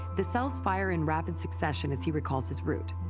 the cells fire in rapid succession as he recalls his route.